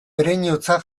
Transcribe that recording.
ereinotza